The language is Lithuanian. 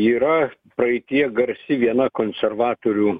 yra praeityje garsi viena konservatorių